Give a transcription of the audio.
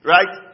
Right